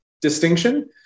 distinction